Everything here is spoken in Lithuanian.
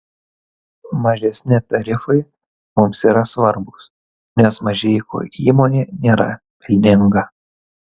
mažesni tarifai mums yra svarbūs nes mažeikių įmonė nėra pelninga